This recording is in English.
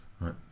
Right